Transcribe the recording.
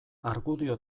argudio